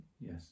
Yes